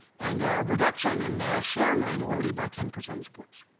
and a reduction in the share minority by ten percentage points.